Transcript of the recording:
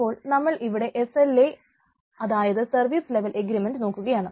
അപ്പോൾ നമ്മൾ ഇവിടെ എസ് എൽ എ അതായത് സർവീസ് ലെവൽ എഗ്രീമെന്റ് നോക്കുകയാണ്